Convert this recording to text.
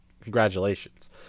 congratulations